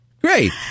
Great